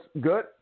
good